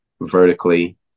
vertically